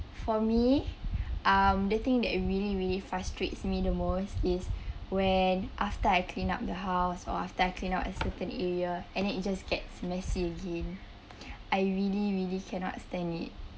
for me um the thing that really really frustrates me the most is when after I clean up the house after clean up certain area and then it just gets messy again I really really cannot stand it